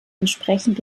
entsprechend